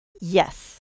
Yes